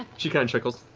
she kind of chuckles.